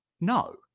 no